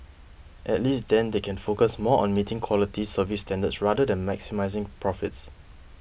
at least then they can focus more on meeting quality service standards rather than maximising profits